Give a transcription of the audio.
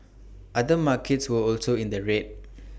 other markets were also in the red